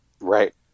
Right